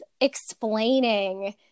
explaining